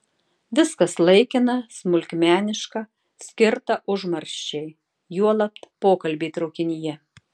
viskas laikina smulkmeniška skirta užmarščiai juolab pokalbiai traukinyje